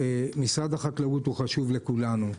משרד החקלאות חשוב לכולנו.